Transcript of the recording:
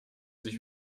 sich